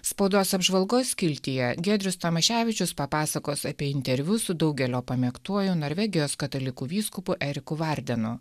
spaudos apžvalgos skiltyje giedrius tamaševičius papasakos apie interviu su daugelio pamėgtuoju norvegijos katalikų vyskupu eriku vardenu